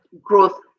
growth